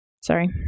sorry